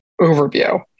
overview